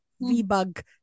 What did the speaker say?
v-bug